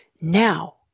now